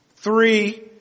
Three